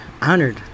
honored